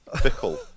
Fickle